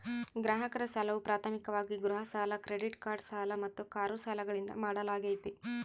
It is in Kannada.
ಗ್ರಾಹಕರ ಸಾಲವು ಪ್ರಾಥಮಿಕವಾಗಿ ಗೃಹ ಸಾಲ ಕ್ರೆಡಿಟ್ ಕಾರ್ಡ್ ಸಾಲ ಮತ್ತು ಕಾರು ಸಾಲಗಳಿಂದ ಮಾಡಲಾಗ್ತೈತಿ